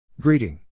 Greeting